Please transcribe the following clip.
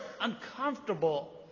uncomfortable